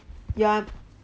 ya